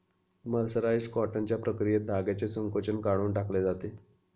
mercerised कॉटनच्या प्रक्रियेत धाग्याचे संकोचन काढून टाकले जाते